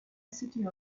city